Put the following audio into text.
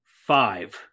Five